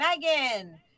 Megan